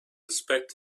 inspect